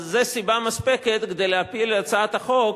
אז זה סיבה מספקת כדי להפיל הצעת חוק